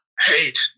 hate